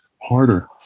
Harder